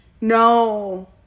No